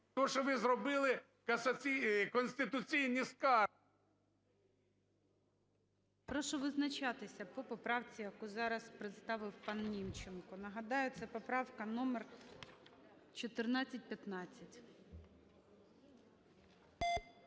то, що ви зробили конституційні... ГОЛОВУЮЧИЙ. Прошу визначатися по поправці, яку зараз представив пан Німченко. Нагадаю, це поправка номер 1415.